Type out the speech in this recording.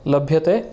लभ्यते